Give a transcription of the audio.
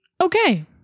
okay